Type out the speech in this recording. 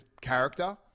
character